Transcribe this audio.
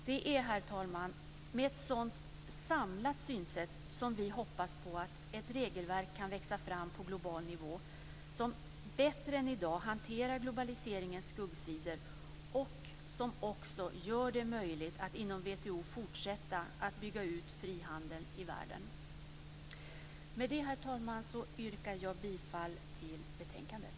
Det är, herr talman, med ett sådant samlat synsätt som vi hoppas på att ett regelverk kan växa fram på global nivå som bättre än i dag hanterar globaliseringens skuggsidor och som också gör det möjligt att inom WTO fortsätta att bygga ut frihandeln i världen. Med det, herr talman, yrkar jag bifall till hemställan i betänkandet.